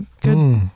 good